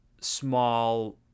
small